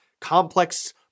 complex